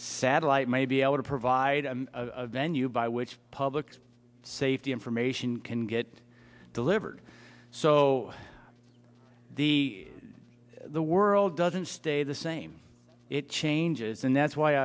satellite may be able to provide a venue by which public safety information can get delivered so the the world doesn't stay the same it changes and that's why